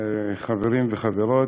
חברים וחברות,